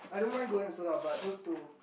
I don't mind going also lah but need to